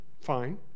fine